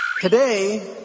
Today